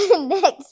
Next